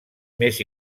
més